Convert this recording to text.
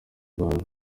rwanda